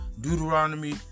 Deuteronomy